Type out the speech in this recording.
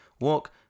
walk